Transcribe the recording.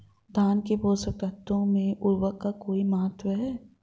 धान में पोषक तत्वों व उर्वरक का कोई महत्व है?